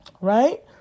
right